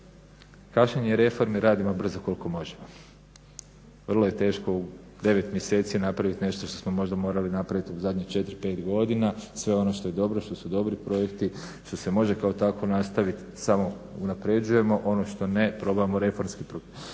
Kašnjenje reforme – radimo brzo koliko možemo. Vrlo je teško u 9 mjeseci napraviti nešto što smo možda morali napraviti u zadnjih 4, 5 godina. Sve ono što je dobro, što su dobri projekti što se može kao takvo nastaviti samo unaprjeđujemo, ono što ne probamo reformski promijeniti.